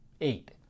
eight